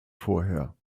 vorher